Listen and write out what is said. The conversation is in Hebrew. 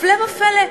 הפלא ופלא,